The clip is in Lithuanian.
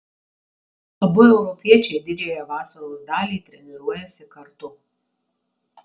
abu europiečiai didžiąją vasaros dalį treniruojasi kartu